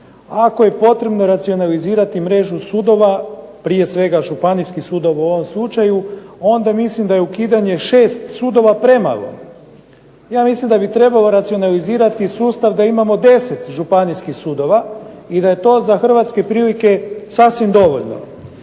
Ako je potrebno racionalizirati mrežu sudova prije svega županijskih sudova u ovom slučaju onda mislim da je ukidanje 6 sudova premalo. Ja mislim da bi trebalo racionalizirati sustav da imamo 10 županijskih sudova i da je to za hrvatske prilike sasvim dovoljno